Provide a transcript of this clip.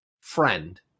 friend